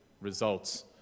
results